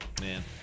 man